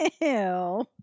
Ew